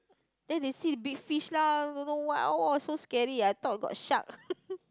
then they see big fish lah don't know what {oh] so scary I thought got shark